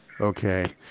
Okay